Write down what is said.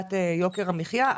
להורדת יוקר המחייה.